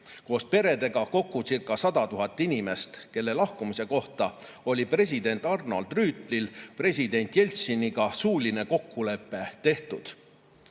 koos peredega, kokku ca sada tuhat inimest, kelle lahkumise kohta oli president Arnold Rüütlil president Jeltsiniga suuline kokkulepe juba tehtud.